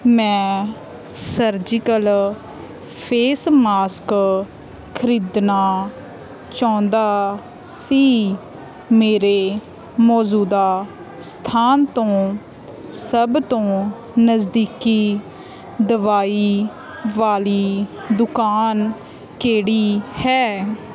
ਮੈਂ surgical face mask ਖਰੀਦਣਾ ਚਾਹੁੰਦਾ ਸੀ ਮੇਰੇ ਮੌਜੂਦਾ ਸਥਾਨ ਤੋਂ ਸਭ ਤੋਂ ਨਜ਼ਦੀਕੀ ਦਵਾਈ ਵਾਲੀ ਦੁਕਾਨ ਕਿਹੜੀ ਹੈ